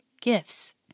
gifts